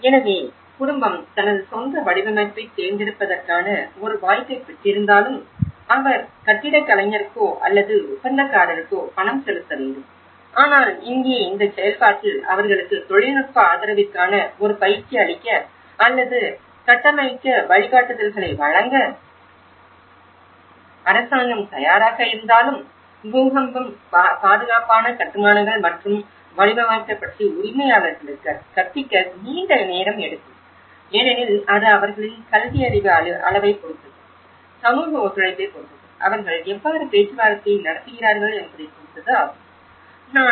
எனவே குடும்பம் தனது சொந்த வடிவமைப்பைத் தேர்ந்தெடுப்பதற்கான ஒரு வாய்ப்பைப் பெற்றிருந்தாலும் அவர் கட்டிடக் கலைஞருக்கோ அல்லது ஒப்பந்தக்காரருக்கோ பணம் செலுத்த வேண்டும் ஆனால் இங்கே இந்தச் செயல்பாட்டில் அவர்களுக்கு தொழில்நுட்ப ஆதரவிற்கான ஒரு பயிற்சி அளிக்க அல்லது கட்டமைக்க வழிகாட்டுதல்களை வழங்க அரசாங்கம் தயாராக இருந்தாலும் பூகம்பம் பாதுகாப்பான கட்டுமானங்கள் மற்றும் வடிவமைப்பைப் பற்றி உரிமையாளர்களுக்குக் கற்பிக்க நீண்ட நேரம் எடுக்கும் ஏனெனில் அது அவர்களின் கல்வியறிவு அளவைப் பொறுத்தது சமூக ஒத்துழைப்பைப் பொறுத்தது அவர்கள் எவ்வாறு பேச்சுவார்த்தையில் நடத்துகிறார்கள் என்பதை பொறுத்தது ஆகும்